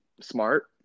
smart